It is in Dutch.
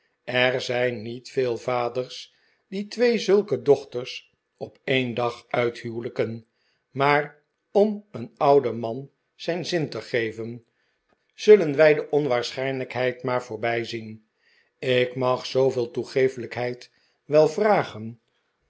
er zijn niet veel vaders die twee zulke dochters op een dag uithuwelijken maar om een ouden man zijn zin te geven zullen wij de onwaarschijnlijkheid maar voorbijzien ik mag zoo veel toegeeflijkheid wel vragen